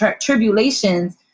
tribulations